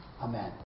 Amen